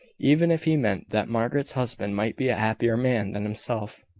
even if he meant that margaret's husband might be a happier man than himself,